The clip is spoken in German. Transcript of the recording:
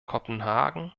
kopenhagen